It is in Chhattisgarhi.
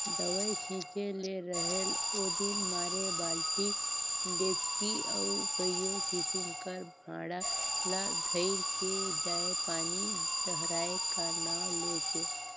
दवई छिंचे ले रहेल ओदिन मारे बालटी, डेचकी अउ कइयो किसिम कर भांड़ा ल धइर के जाएं पानी डहराए का नांव ले के